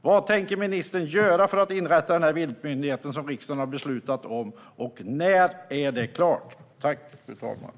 Vad tänker ministern göra för att inrätta den viltmyndighet som riksdagen har beslutat om, och när kommer det hela att vara klart?